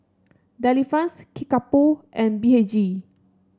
Delifrance Kickapoo and B H G